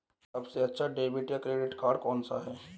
सबसे अच्छा डेबिट या क्रेडिट कार्ड कौन सा है?